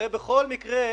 הרי בכל מקרה,